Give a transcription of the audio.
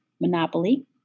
monopoly